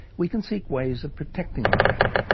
we can seek ways of protecting the brain,